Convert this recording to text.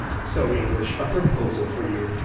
so, english, a proposal for you.